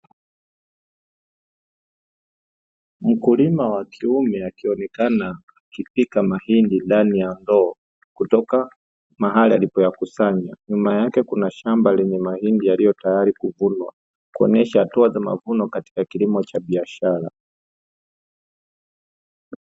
Mkulima wa kiume akionekana akipika mahindi ndani ya ndoo kutoka mahali alipoyakusanya, nyuma yake kuna shamba lenye mahindi yaliyotayari kuvunwa, kuonyesha hatua za mavuno katika kilimo cha biashara.